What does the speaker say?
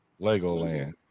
Legoland